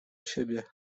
siebie